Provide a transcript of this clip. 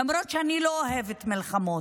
למרות שאני לא אוהבת מלחמות,